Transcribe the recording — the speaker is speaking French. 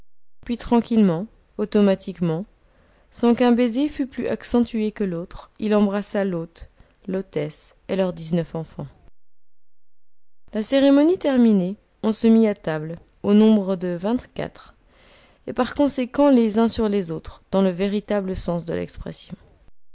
puis tranquillement automatiquement sans qu'un baiser fût plus accentué que l'autre il embrassa l'hôte l'hôtesse et leurs dix-neuf enfants la cérémonie terminée on se mit à table au nombre de vingt-quatre et par conséquent les uns sur les autres dans le véritable sens de l'expression